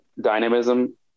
Dynamism